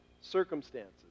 circumstances